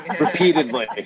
repeatedly